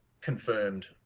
confirmed